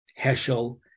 Heschel